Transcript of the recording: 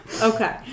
okay